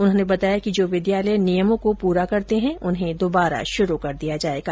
उन्होंने बताया कि जो विद्यालय नियमों को पूरा करते हैं उन्हें दुबारा शुरू किया जायेगा